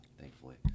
thankfully